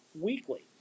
Weekly